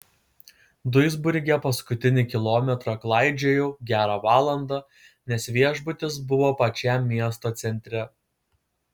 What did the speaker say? duisburge paskutinį kilometrą klaidžiojau gerą valandą nes viešbutis buvo pačiam miesto centre